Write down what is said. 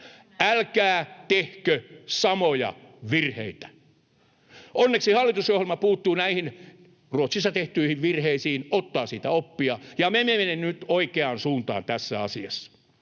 älkää tehkö samoja virheitä. Onneksi hallitusohjelma puuttuu näihin Ruotsissa tehtyihin virheisiin, ottaa niistä oppia, ja me menemme nyt oikeaan suuntaan tässä asiassa.